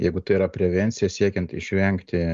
jeigu tai yra prevencija siekiant išvengti